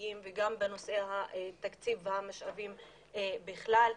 סביבתיים וגם בנושא התקציב והמשאבים בכלל.